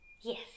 Yes